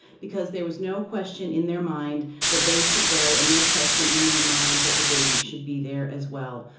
because there was no question in their mind that they should go, and no question in their mind that the baby should be there as well.